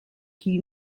qui